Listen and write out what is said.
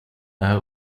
are